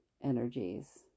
energies